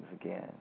again